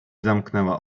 zamknęła